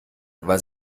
was